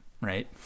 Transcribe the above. right